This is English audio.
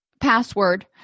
password